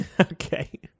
Okay